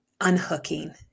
unhooking